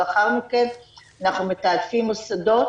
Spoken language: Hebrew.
ולאחר מכן אנחנו מתעדפים מוסדות